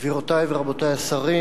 גבירותי ורבותי השרים,